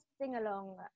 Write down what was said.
sing-along